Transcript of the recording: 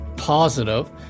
positive